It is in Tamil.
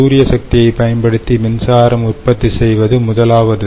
சூரிய சக்தியைப் பயன்படுத்தி மின்சாரம் உற்பத்தி செய்வது முதலாவது